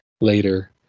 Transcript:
later